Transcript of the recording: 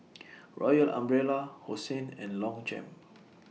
Royal Umbrella Hosen and Longchamp